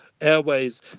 airways